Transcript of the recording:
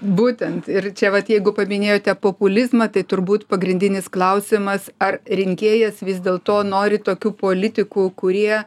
būtent ir čia vat jeigu paminėjote populizmą tai turbūt pagrindinis klausimas ar rinkėjas vis dėl to nori tokių politikų kurie